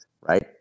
right